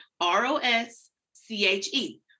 R-O-S-C-H-E